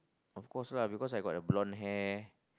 of course lah because I got a blonde hair